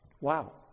Wow